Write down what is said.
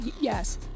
Yes